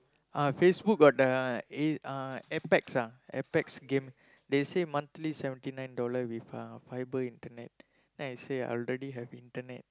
ah Facebook got the A uh Apex ah Apex game they say monthly seventy nine dollar with uh fibre internet then I say I already have internet